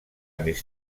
més